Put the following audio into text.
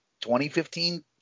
2015